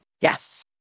Yes